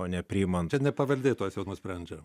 o nepriimant čia ne paveldėtojas jau nusprendžia